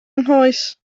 nghoes